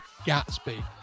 Gatsby